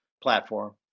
platform